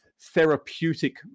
therapeutic